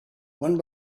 one